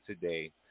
today